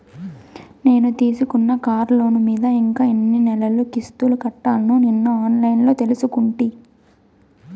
నేను తీసుకున్న కార్లోను మీద ఇంకా ఎన్ని నెలలు కిస్తులు కట్టాల్నో నిన్న ఆన్లైన్లో తెలుసుకుంటి